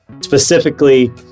specifically